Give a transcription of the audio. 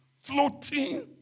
floating